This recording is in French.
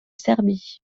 serbie